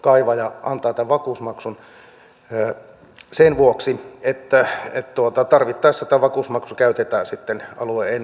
kaivaja antaa tämän vakuusmaksun sen vuoksi että tarvittaessa tämä vakuusmaksu käytetään sitten alueen ennallistamiseen